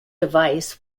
device